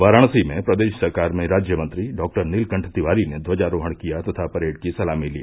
वाराणसी में प्रदेश सरकार में राज्य मंत्री डॉक्टर नीलकण्ठ तिवारी ने ध्वजारोहण किया तथा परेड की सलामी ली